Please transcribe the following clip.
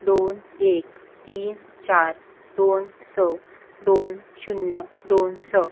दोन एक तीन चार दोन स दोन शुन्य दोन स